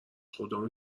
خدامه